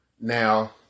Now